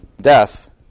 death